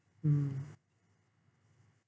mm